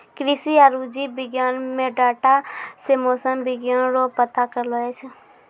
कृषि आरु जीव विज्ञान मे डाटा से मौसम विज्ञान रो पता करलो जाय छै